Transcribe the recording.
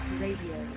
radio